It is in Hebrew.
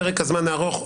פרק הזמן הארוך,